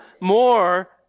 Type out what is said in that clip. more